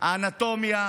האנטומיה,